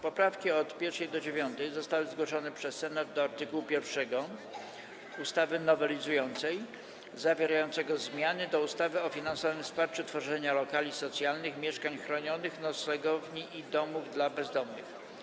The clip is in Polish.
Poprawki od 1. do 9. zostały zgłoszone przez Senat do art. 1 ustawy nowelizującej zawierającego zmiany do ustawy o finansowym wsparciu tworzenia lokali socjalnych, mieszkań chronionych, noclegowni i domów dla bezdomnych.